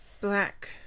Black